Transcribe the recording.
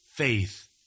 faith